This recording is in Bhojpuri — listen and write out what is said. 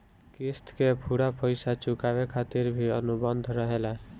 क़िस्त के पूरा पइसा चुकावे खातिर भी अनुबंध रहेला